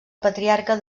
patriarca